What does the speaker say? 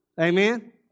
Amen